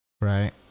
right